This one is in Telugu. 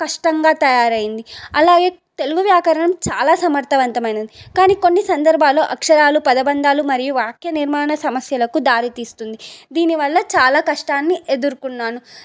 కష్టంగా తయారైంది అలాగే తెలుగు వ్యాకరణం చాలా సమర్థవంతమైనది కానీ కొన్ని సందర్భాల్లో అక్షరాలు పదబంధాలు మరియు వాక్యనిర్మాణ సమస్యలకు దారితీస్తుంది దీనివల్ల చాలా కష్టాన్ని ఎదుర్కొన్నాను